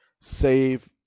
save